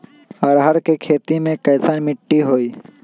अरहर के खेती मे कैसन मिट्टी होइ?